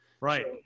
Right